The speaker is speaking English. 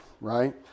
right